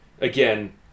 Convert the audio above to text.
again